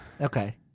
Okay